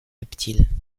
reptiles